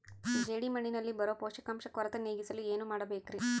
ಜೇಡಿಮಣ್ಣಿನಲ್ಲಿ ಬರೋ ಪೋಷಕಾಂಶ ಕೊರತೆ ನೇಗಿಸಲು ಏನು ಮಾಡಬೇಕರಿ?